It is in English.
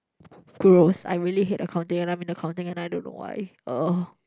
gross I really hate accounting and I'm in accounting and I don't know why !ugh!